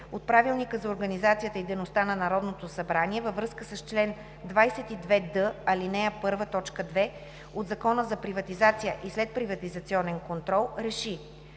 от Правилника за организацията и дейността на Народното събрание, във връзка с чл. 22д, ал. 1, т. 2 от Закона за приватизация и следприватизационен контрол